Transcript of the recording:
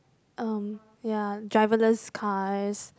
um ya driverless cars